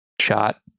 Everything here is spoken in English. shot